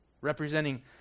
representing